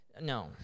No